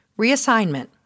Reassignment